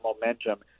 momentum